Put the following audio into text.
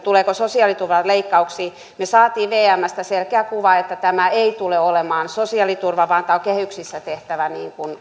tuleeko sosiaaliturvaan leikkauksia niin me saimme vmstä selkeän kuvan että tämä ei tule olemaan sosiaaliturvaan liittyvä vaan tämä on kehyksissä tehtävä